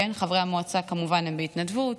חברי המועצה כמובן הם בהתנדבות.